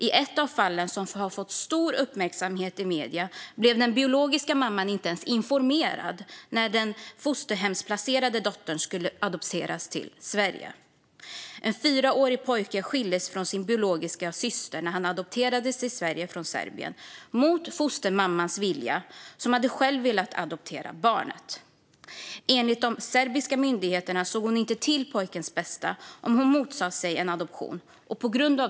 I ett av fallen som fått stor uppmärksamhet i medierna blev den biologiska mamman inte ens informerad när den fosterhemsplacerade dottern skulle adopteras till Sverige. En fyraårig pojke skildes från sin biologiska syster när han adopterades till Sverige från Serbien, mot fostermammans vilja. Hon hade själv velat adoptera barnet. Enligt de serbiska myndigheterna såg hon inte till pojkens bästa om hon motsatte sig en adoption.